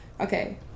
Okay